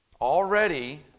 Already